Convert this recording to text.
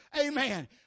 Amen